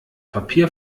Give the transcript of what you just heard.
papier